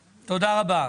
אוקיי, תודה רבה.